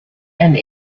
and